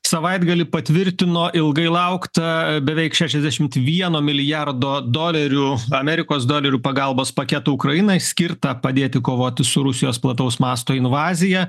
savaitgalį patvirtino ilgai lauktą beveik šešiasdešimt vieno milijardo dolerių amerikos dolerių pagalbos paketą ukrainai skirtą padėti kovoti su rusijos plataus masto invazija